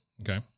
okay